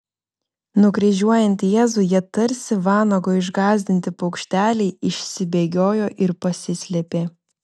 nukryžiuojant jėzų jie tarsi vanago išgąsdinti paukšteliai išsibėgiojo ir pasislėpė